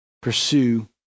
pursue